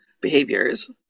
behaviors